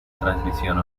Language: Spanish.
transmisión